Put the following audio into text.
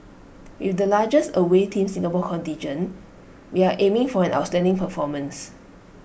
with the largest away Team Singapore contingent we are aiming for an outstanding performance